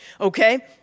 okay